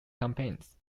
campaigns